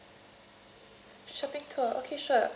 shopping tour okay sure